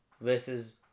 versus